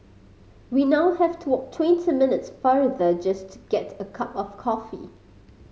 we now have to walk twenty minutes farther just to get a cup of coffee